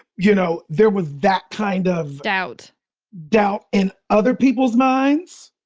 you know, there was that kind of doubt doubt in other people's minds.